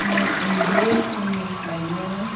आङो उन्दै समनिफ्रायनो